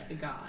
God